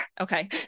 Okay